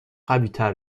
قویتر